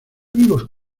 vivos